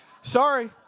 Sorry